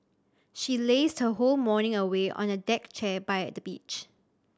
she lazed her whole morning away on a deck chair by the beach